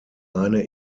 eine